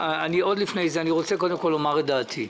עוד לפני זה אני רוצה קודם כול לומר את דעתי.